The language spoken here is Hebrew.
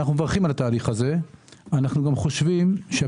אנחנו מברכים על התהליך הזה,